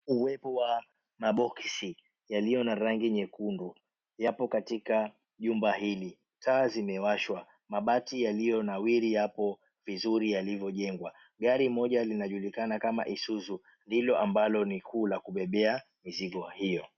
Uwepo wa maboxi yaliyo na rangi nyekundu yapo katika jumba hili. Taa zimewashwa. Mabati yaliyonawiri yapo vizuri yalivyojengwa. Gari moja linajulikana kama Isuzu, lilo ambalo ni kuu la kubebea mizigo hiyo